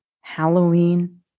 Halloween